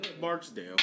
Barksdale